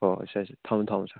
ꯑꯣ sir sir ꯊꯝꯃꯨ ꯊꯝꯃꯨ ꯁꯥꯔ